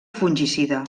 fungicida